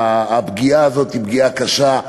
והפגיעה הזאת היא פגיעה קשה,